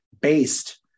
based